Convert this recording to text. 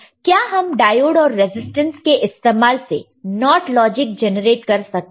क्या हम डायोड और रेजिस्टेंस के इस्तेमाल से NOT लॉजिक जनरेट कर सकते हैं